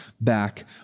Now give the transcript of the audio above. back